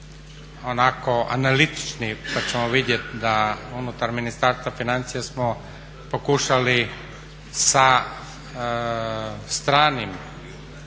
onako analitični pa ćemo vidjeti da unutar Ministarstva financija smo pokušali sa stranim